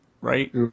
right